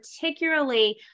particularly